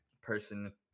person